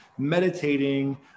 meditating